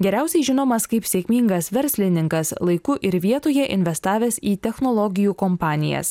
geriausiai žinomas kaip sėkmingas verslininkas laiku ir vietoje investavęs į technologijų kompanijas